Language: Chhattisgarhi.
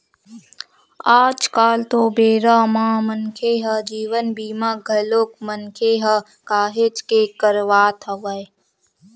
आज कल तो बेरा म मनखे ह जीवन बीमा घलोक मनखे ह काहेच के करवात हवय